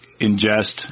ingest